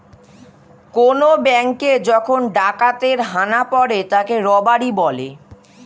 কোন ব্যাঙ্কে যখন ডাকাতের হানা পড়ে তাকে রবারি বলে